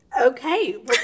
Okay